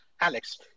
Alex